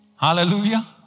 Hallelujah